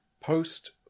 post